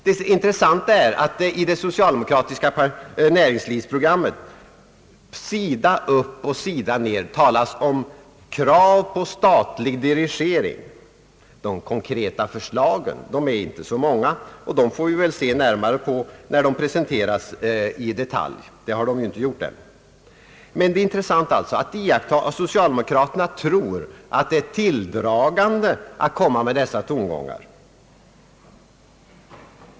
Det intressanta är att i det socialdemokratiska näringslivsprogrammet talas det sida upp och sida ned om krav på statlig dirigering. De konkreta förslagen är inte så många, och dem får vi väl studera närmare när de presenteras i detalj. Det är intressant att iaktta att socialdemokraterna tror att det är tilldragande att komma med dessa tongångar.